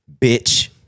Bitch